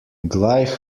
gleich